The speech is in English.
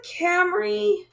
Camry